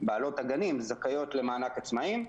בעלות הגנים זכאיות למענק עצמאים,